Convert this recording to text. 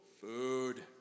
food